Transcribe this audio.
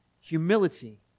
humility